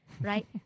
right